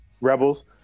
Rebels